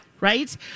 Right